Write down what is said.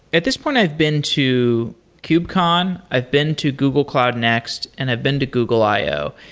at this point, i've been to kubecon. i've been to google cloud next, and i've been to google i o,